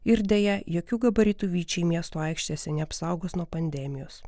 ir deja jokių gabaritų vyčiai miestų aikštėse neapsaugos nuo pandemijos